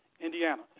Indiana